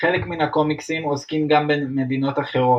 חלק מן הקומיקסים עוסקים גם במדינות אחרות,